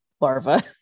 larva